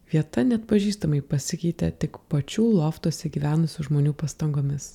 vieta neatpažįstamai pasikeitė tik pačių loftuose gyvenusių žmonių pastangomis